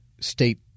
state